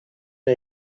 n’a